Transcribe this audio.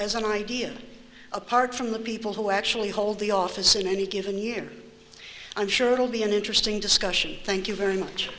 as an idea apart from the people who actually hold the office in any given year i'm sure it'll be an interesting discussion thank you very much